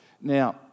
now